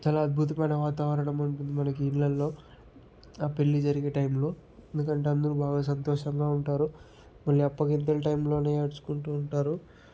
చాలా అద్భుతమైన వాతావరణం ఉంటుంది మనకి ఇళ్ళల్లో ఆ పెళ్ళి జరిగే టైంలో ఎందుకంటే అందరూ బాగా సంతోషంగా ఉంటారు మళ్ళీ అప్పగింతల టైంలోనే ఏడ్చుకుంటూ ఉంటారు